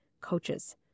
coaches